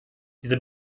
dieser